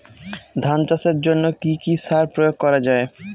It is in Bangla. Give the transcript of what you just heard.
ধান চাষের জন্য কি কি সার প্রয়োগ করা য়ায়?